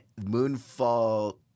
Moonfall